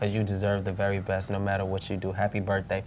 because you deserve the very best no matter what you do happy birthday